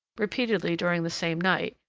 repeatedly during the same night,